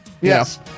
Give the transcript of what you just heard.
Yes